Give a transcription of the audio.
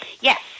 yes